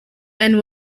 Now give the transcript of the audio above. and